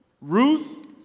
Ruth